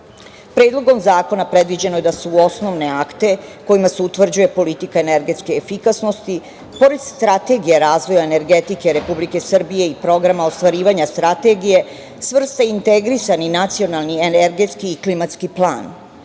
Srbije. Predlogom zakona predviđeno je da se u osnovne akte kojima se utvrđuje politika energetske efikasnosti, pored strategije razvoja energetike Republike Srbije i programa ostvarivanja strategije svrsta integrisani Nacionalni energetski i klimatski plan.